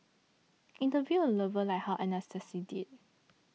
interview your lover like how Anastasia did